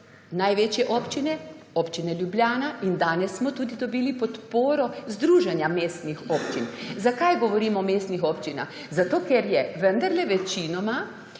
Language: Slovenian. največje občine, občine Ljubljana, in danes smo tudi dobili podporo Združenja mestnih občin. Zakaj govorim o mestnih občinah – zato, ker je vendar večina